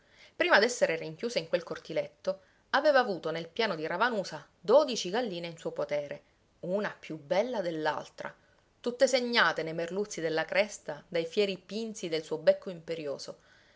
poco prima d'essere rinchiuso in quel cortiletto aveva avuto nel piano di ravanusa dodici galline in suo potere una più bella dell'altra tutte segnate nei merluzzi della cresta dai fieri pinzi del suo becco imperioso